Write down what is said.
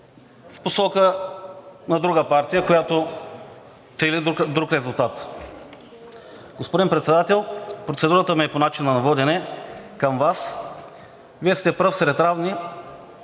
в посока на друга партия, която цели друг резултат. Господин Председател, процедурата ми е по начина на водене към Вас. Вие сте пръв сред равни